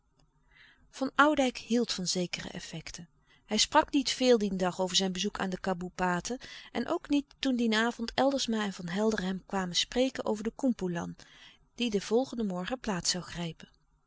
van oudijck hield van zekere effecten hij sprak niet veel dien dag over zijn bezoek aan de kaboepaten en ook niet toen dien avond eldersma en van helderen hem kwamen spreken over de koempoelan die den volgenden morgen plaats zoû grijpen